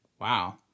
wow